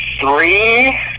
Three